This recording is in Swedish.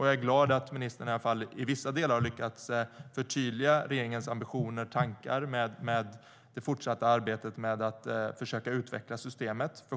Jag är glad att ministern i vissa delar har lyckats förtydliga regeringens ambitioner med och tankar om det fortsatta arbetet med att försöka utveckla systemet.